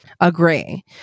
Agree